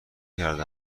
کرده